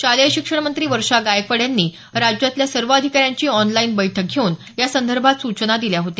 शालेय शिक्षण मंत्री वर्षा गायकवाड यांनी राज्यातल्या सर्व अधिकाऱ्यांची ऑनलाईन बैठक घेऊन यासंदर्भात सूचना दिल्या होता